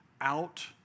out